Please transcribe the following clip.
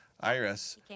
Iris